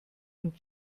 und